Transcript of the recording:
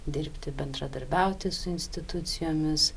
dirbti bendradarbiauti su institucijomis